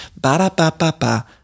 Ba-da-ba-ba-ba